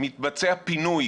מתבצע פינוי